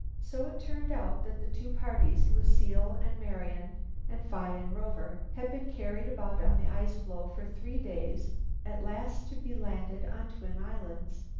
so it turned out that the two parties, lucile and marian and phi and rover, had been carried about on the ice-floe for three days at last to be landed on twin islands.